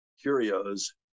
Curios